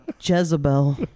Jezebel